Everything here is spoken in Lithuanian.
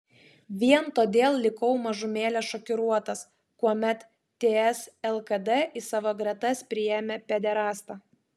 vien todėl likau mažumėlę šokiruotas kuomet ts lkd į savo gretas priėmė pederastą